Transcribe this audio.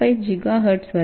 5 gigahertz 2